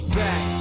back